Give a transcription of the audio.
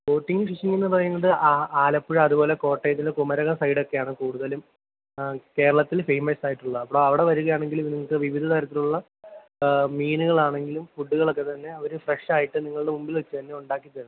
boating fishing എന്നുപറയുന്നത് ആലപ്പുഴ അതേപോലെ കോട്ടയത്തിൽ കുമരകം സൈഡൊക്കെയാണ് കൂടുതലും കേരളത്തിൽ ഫേമസ് ആയിട്ടുള്ളത് അപ്പോൾ അവിടെ വരികയാണെങ്കിൽ നിങ്ങൾക്ക് വിവിധതരത്തിലുള്ള മീനുകളാണെങ്കിലും ഫുഡുകളൊക്കെത്തന്നെ അവർ ഫ്രഷ് ആയിട്ട് നിങ്ങളുടെ മുമ്പിൽ വെച്ചുതന്നെ ഉണ്ടാക്കിത്തരും